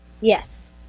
Yes